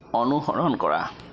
অনুসৰণ কৰা